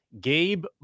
Gabe